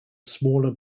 smaller